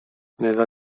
nella